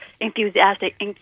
enthusiastic